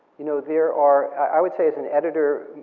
you know, there are, i would say as an editor,